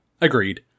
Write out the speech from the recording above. agreed